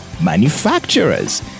manufacturers